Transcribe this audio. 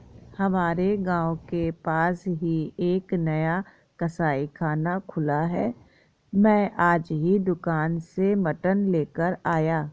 हमारे गांव के पास ही एक नया कसाईखाना खुला है मैं आज ही दुकान से मटन लेकर आया